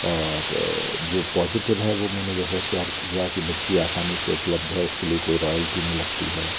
और जो पॉजिटिव है वो मैंने जैसे शेयर किया कि मिट्टी आसानी से उपलब्ध है उसके लिए कोई रॉयल्टी नहीं लगती है